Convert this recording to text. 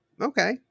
Okay